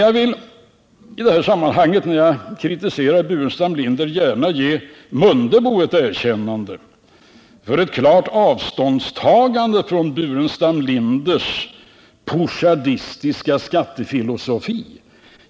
Jag vill i det här sammanhanget, när jag kritiserar herr Burenstam Linder, gärna ge Ingemar Mundebo ett erkännande för ett klart avståndstagande från herr Burenstam Linders poujadistiska skattefilosofi.